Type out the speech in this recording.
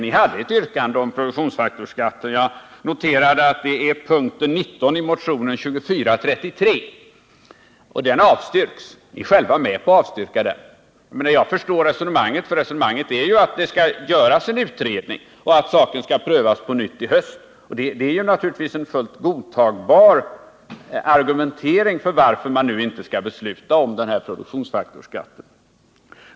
Ni hade ett yrkande om produktionsfaktorsskatten i mom. 19 i hemställan i motionen 2433. Det avstyrks, också av er själva. Jag förstår resonemanget, att det skall göras en utredning och att frågan skall prövas på nytt i höst. Det är naturligtvis ett fullt godtagbart argument för att inte nu fatta beslut om denna produktionsfaktorsskatt.